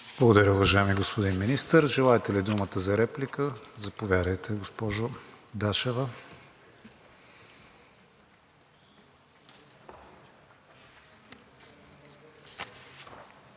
Благодаря, уважаеми господин Министър. Желаете ли думата за реплика? Заповядайте, госпожо Дашева.